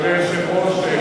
אדוני היושב-ראש,